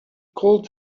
called